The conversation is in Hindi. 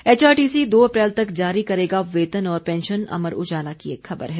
एचआरटीसी दो अप्रैल तक जारी करेगा वेतन और पैंशन अमर उजाला की एक ख़बर है